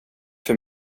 för